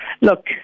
Look